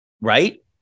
right